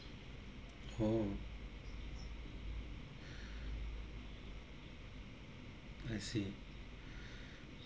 oh I see